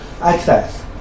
access